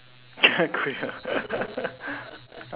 queer